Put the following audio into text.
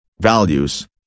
values